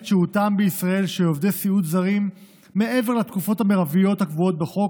שהותם בישראל של עובדי סיעוד זרים מעבר לתקופות המרביות הקבועות בחוק